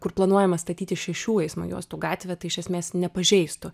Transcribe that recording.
kur planuojama statyti šešių eismo juostų gatvę tai iš esmės nepažeistų